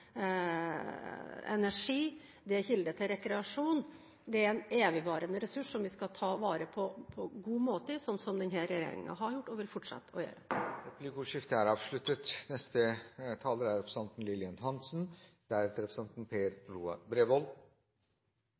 energi, det er kilde til rekreasjon. Det er en evigvarende ressurs som vi skal ta vare på på en god måte – som denne regjeringen har gjort og fortsatt vil gjøre. Replikkordskiftet er